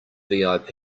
vip